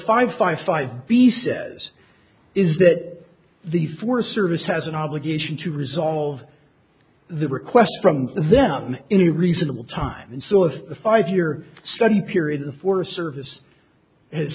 five five five b says is that the forest service has an obligation to resolve the requests from them in a reasonable time and so if the five year study period of forest service has